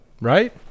right